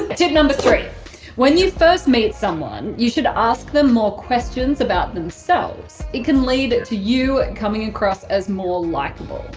tip number three when you first meet someone you should ask them more questions about themselves. it can lead it to you and coming across as more likeable.